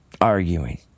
arguing